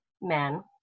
men